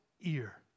ear